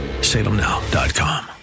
salemnow.com